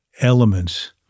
elements